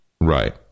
Right